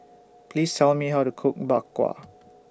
Please Tell Me How to Cook Bak Kwa